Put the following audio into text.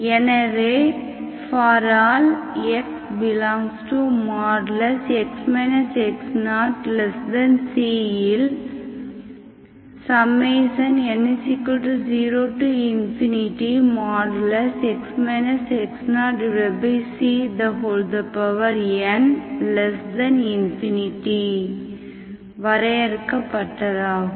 எனவே ∀x∈x x0c இல் n 0x x0cn∞ வரையறுக்கப்பட்டதாகும்